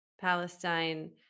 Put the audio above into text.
Palestine